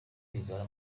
rwigara